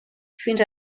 fins